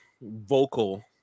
vocal